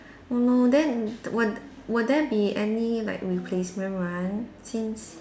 oh no then will will there be any like replacement run since